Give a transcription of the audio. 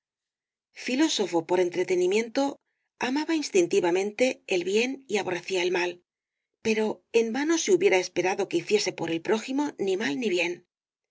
filósofo por entretenimiento el caballejo de las botas azules amaba instintivamente el bien y aborrecía el mal pero en vano se hubiera esperado que hiciese por el prójimo ni mal ni bien